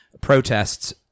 protests